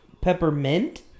Peppermint